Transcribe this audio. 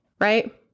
Right